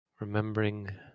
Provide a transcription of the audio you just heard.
Remembering